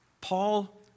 Paul